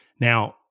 Now